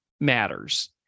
matters